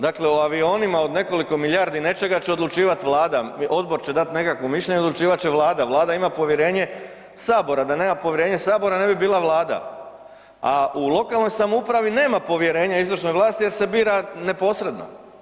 Dakle, o avionima od nekoliko milijardi nečega će odlučivat vlada, odbor će dat nekakvo mišljenje i odlučivat će vlada, vlada ima povjerenje sabora, da nema povjerenje sabora ne bi bila vlada, a u lokalnoj samoupravi nema povjerenja izvršnoj vlasti jer se bira neposredno.